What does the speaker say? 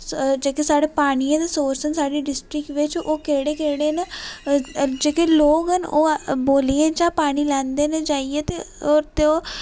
जेह्के साढ़े पानी आ दे सोर्सिस न साढ़ी डिस्टिक बिच ओ केह्ड़े केह्ड़े न जेह्ड़े लोक न ओ बोलिये चा पानी लैंदे न जाइये ते ओ